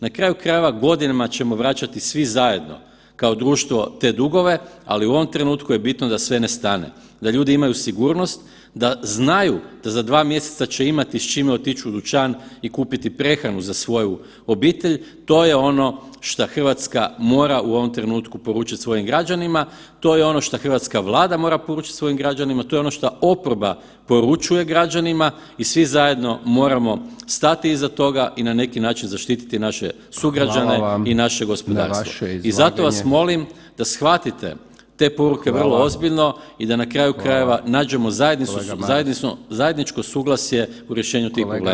Na kraju krajeva godinama ćemo vraćati svi zajedno kao društvo te dugove, ali u ovom trenutku je bitno da sve ne stane, da ljudi imaju sigurnost, da znaju da za dva mjeseca će imati s čime otići u dućan i kupiti prehranu za svoju obitelj, to je ono šta RH mora u ovom trenutku poručit svojim građanima, to je ono šta hrvatska Vlada mora poručit svojim građanima, to je ono šta oporba poručuje građanima i svi zajedno moramo stati iza toga i na neki način zaštititi naše sugrađane [[Upadica: Hvala vam…]] i naše gospodarstvo [[Upadica: Na vaše izlaganje]] i zato vas molim da shvatite te poruke vrlo ozbiljno [[Upadica: Hvala vam…]] i da na kraju krajeva nađemo [[Upadica: …kolega Maras]] zajedničko suglasje u rješenju tih problema.